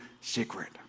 secret